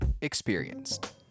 Experienced